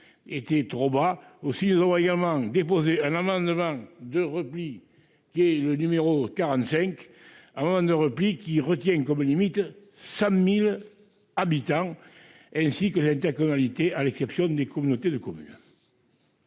était trop bas aussi ils ont également déposé un amendement de repli qui est le numéro 45 de repli qui retient comme limite 100000 habitants et ainsi que l'intercommunalité, à l'exception des communautés de communes.